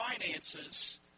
finances